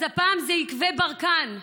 אז הפעם זה יקבי ברקן,